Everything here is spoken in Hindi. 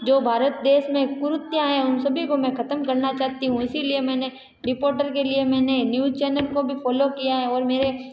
जो भारत देश में कुरीतियाँ हैं उन सभी को मैं ख़त्म करना चाहती हूँ इसीलिए मैंने रिपोर्टर के लिए मैंने न्यूज चैनल को भी फॉलो किया है और मेरे